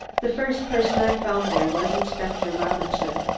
the first person i found there was inspector robinson,